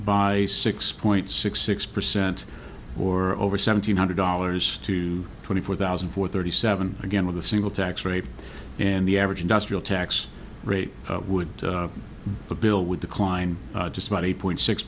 by six point six six percent or seven hundred dollars to twenty four thousand four thirty seven again with a single tax rate and the average industrial tax rate would a bill would decline just about eight point six